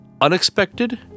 unexpected